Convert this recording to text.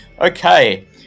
Okay